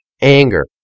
anger